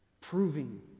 proving